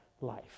life